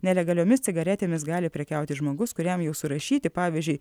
nelegaliomis cigaretėmis gali prekiauti žmogus kuriam jau surašyti pavyzdžiui